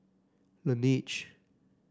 Laneige